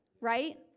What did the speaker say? right